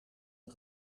een